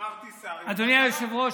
אמרתי "שר" אדוני היושב-ראש,